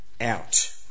out